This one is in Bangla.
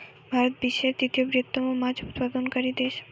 ভারত বিশ্বের তৃতীয় বৃহত্তম মাছ উৎপাদনকারী দেশ